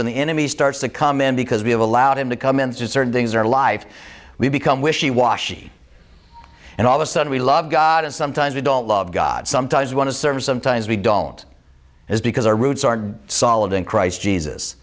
when the enemy starts to come in because we have allowed him to come in certain things our life we become wishy washy and all of a sudden we love god and sometimes we don't love god sometimes we want to serve sometimes we don't is because our roots are solid in christ jesus